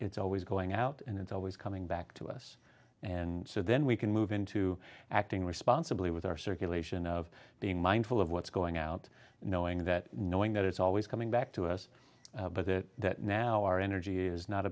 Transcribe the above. it's always going out and it's always coming back to us and so then we can move into acting responsibly with our circulation of being mindful of what's going out and knowing that knowing that it's always coming back to us but that now our energy is not